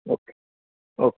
okay okay